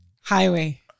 highway